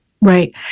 right